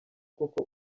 koko